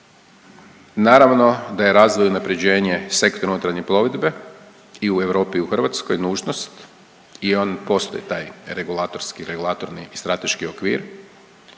Naravno da je razvoj i unapređenje sektora unutarnje plovidbe i u Europi i u Hrvatskoj nužnost i on postoji taj regulatorski, regulatorni i strateški okvir